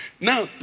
Now